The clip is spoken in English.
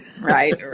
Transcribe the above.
Right